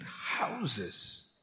houses